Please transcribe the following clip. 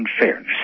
unfairness